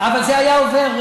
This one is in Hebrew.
אבל זה היה עובר,